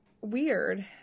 weird